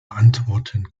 antworten